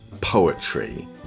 poetry